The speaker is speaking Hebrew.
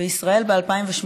אבל בישראל ב-2018,